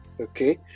okay